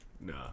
No